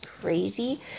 crazy